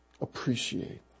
appreciate